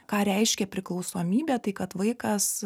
ką reiškia priklausomybė tai kad vaikas